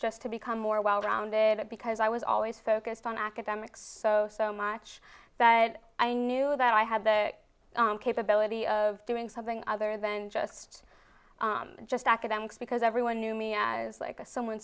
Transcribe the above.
just to become more well rounded up because i was always focused on academics so so much that i knew that i had the capability of doing something other than just just academics because everyone knew me as like a someone